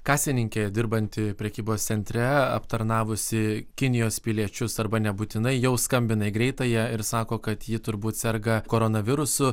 kasininkė dirbanti prekybos centre aptarnavusi kinijos piliečius arba nebūtinai jau skambina į greitąją ir sako kad ji turbūt serga koronavirusu